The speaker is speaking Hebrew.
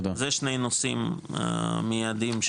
אלה שני הנושאים המיידיים.